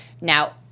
Now